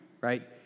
Right